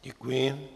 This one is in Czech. Děkuji.